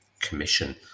commission